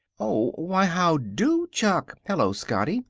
oh, why, how do, chuck! hello, scotty.